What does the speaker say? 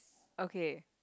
okay